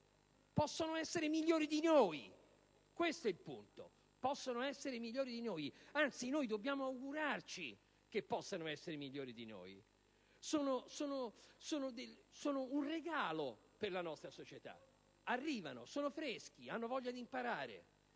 Possono essere migliori di noi: questo è il punto. Anzi, dobbiamo augurarci che possano essere migliori di noi. Sono un regalo per la nostra società. Arrivano, sono freschi e hanno voglia di imparare.